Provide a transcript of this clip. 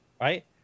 right